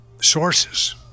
sources